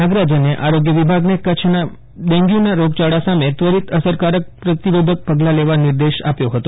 નાગરાજને આરોગ્ય વિભાગને કચ્છમાં ડેંગ્યુના રોગયાળા સામેત્વરિત અસરકારક પ્રતિરોધક પગલાં લેવા નિર્દેશ આપ્યો હતો